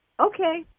Okay